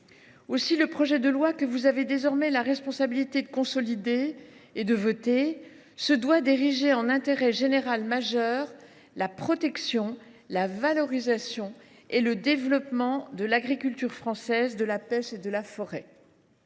Aussi, le projet de loi que vous avez désormais la responsabilité de consolider et de voter se doit d’ériger en intérêt général majeur la protection, la valorisation et le développement de l’agriculture française, de la pêche et de la forêt.